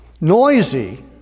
noisy